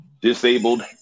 disabled